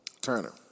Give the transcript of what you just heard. Turner